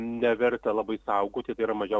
neverta labai saugoti tai yra mažiau